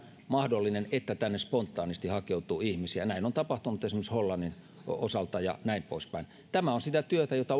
mahdollinen että tänne spontaanisti hakeutuu ihmisiä näin on tapahtunut esimerkiksi hollannin osalta ja näin poispäin tämä on sitä työtä jota